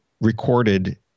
recorded